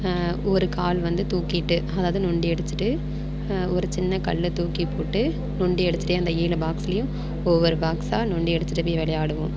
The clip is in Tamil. ஒரு கால் வந்து தூக்கிட்டு அதாவது நொண்டி அடிச்சுட்டு ஒரு சின்ன கல்லை தூக்கிப் போட்டு நொண்டி அடிச்சுட்டே அந்த ஏழு பாக்ஸ்லேயும் ஒவ்வொரு பாக்ஸாக நொண்டி அடிச்சுட்டே போய் விளையாடுவோம்